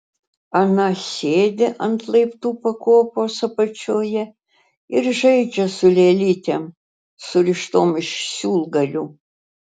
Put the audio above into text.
ana sėdi ant laiptų pakopos apačioje ir žaidžia su lėlytėm surištom iš siūlgalių